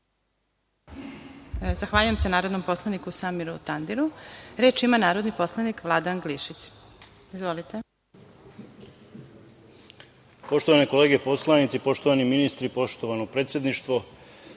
Zahvaljujem se narodnom poslaniku Samiru Tandiru. Reč ima narodni poslanik Vladan Glišić. Izvolite. **Vladan Glišić** Poštovane kolege poslanici, poštovani ministri, poštovano predsedništvo,